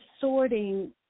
sorting